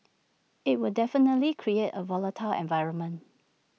IT would definitely create A volatile environment